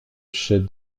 chef